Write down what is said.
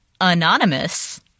Anonymous